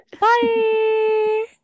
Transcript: Bye